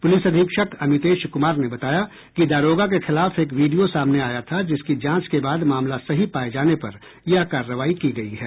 police अधीक्षक अमितेश कुमार ने बताया कि दारोगा के खिलाफ एक वीडियो सामने आया था जिसकी जांच के बाद मामला सही पाये जाने पर यह कार्रवाई की गयी है